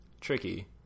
tricky